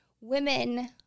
Women